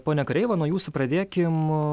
ponia kareiva nuo jūsų pradėkim